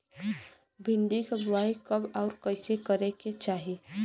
भिंडी क बुआई कब अउर कइसे करे के चाही?